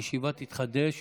הישיבה תתחדש